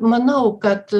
manau kad